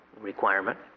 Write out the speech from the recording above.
requirement